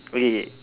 okay K